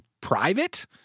private